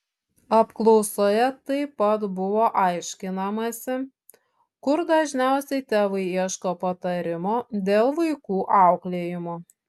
apklausoje taip pat buvo aiškinamasi kur dažniausiai tėvai ieško patarimo dėl vaikų auklėjimo